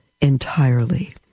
entirely